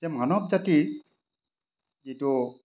যে মানৱ জাতিৰ যিটো